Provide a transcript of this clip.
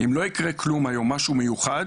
אם לא יקרה כלום היום משהו מיוחד,